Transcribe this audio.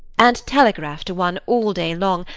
and telegraph to one all day long,